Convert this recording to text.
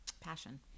passion